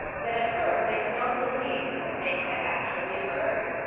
that at first they could not believe that the thing had actually occurred.